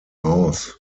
aus